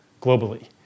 globally